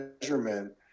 measurement